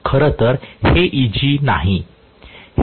खरं तर हे Eg नाही